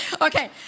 Okay